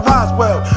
Roswell